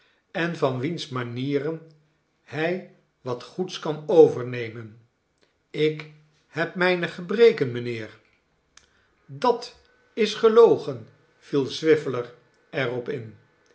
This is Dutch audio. en van wiens manieren hij wat goeds kan overnemen ik heb mijne gebreken mijnheer dat is gelogen viel swiveller er op in